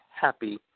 happy